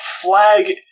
flag